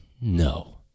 No